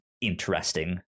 interesting